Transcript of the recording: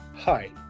Hi